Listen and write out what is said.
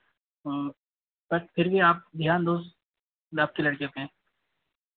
हाँ बट फिर भी आप ध्यान दो आपके लड़के पर